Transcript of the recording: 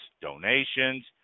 donations